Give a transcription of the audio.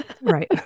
Right